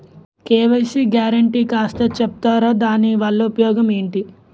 KYC guarantee కాస్త చెప్తారాదాని వల్ల ఉపయోగం ఎంటి?